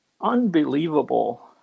unbelievable